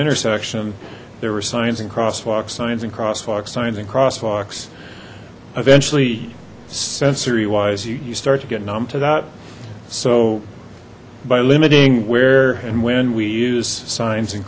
intersection there were signs and crosswalk signs and crosswalk signs and crosswalks eventually sensory wise you start to get numb to that so by limiting where and when we use signs